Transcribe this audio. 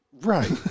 right